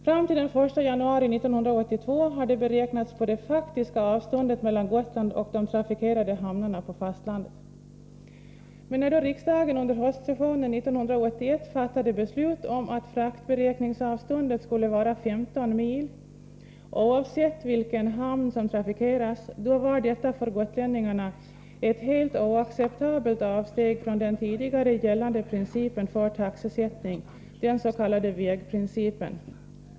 Fram till den 1 januari 1982 beräknades stödet på det faktiska avståndet mellan Gotland och de trafikerade hamnarna på fastlandet. Men riksdagen fattade under höstsessionen 1981 beslut om att fraktberäkningsavståndet skulle vara 15 mil, oavsett vilken hamn som trafikerades. Detta var för gotlänningarna ett helt oacceptabelt avsteg från den tidigare gällande principen för taxesättning, den s.k. vägprincipen.